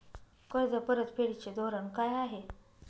कर्ज परतफेडीचे धोरण काय आहे?